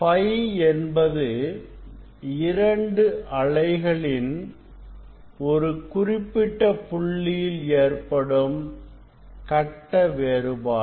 Φ என்பது இரண்டு அலைகளின் ஒரு குறிப்பிட்ட புள்ளியில் ஏற்படும் கட்ட வேறுபாடு